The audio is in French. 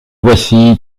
voici